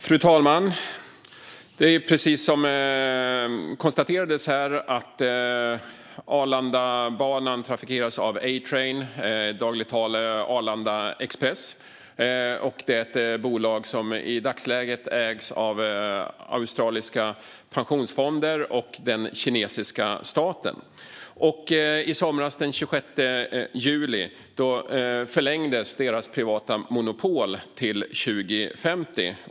Fru talman! Precis som konstaterades här trafikeras Arlandabanan av A-Train, i dagligt tal Arlanda Express. Det är ett bolag som i dagsläget ägs av australiska pensionsfonder och den kinesiska staten. I somras, den 26 juli, förlängdes A-Trains privata monopol till 2050.